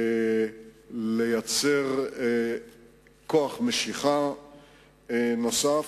לייצר כוח משיכה נוסף,